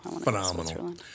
Phenomenal